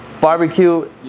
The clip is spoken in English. Barbecue